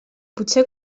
potser